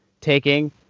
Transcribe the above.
taking